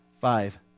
Five